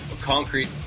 concrete